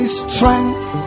strength